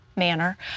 manner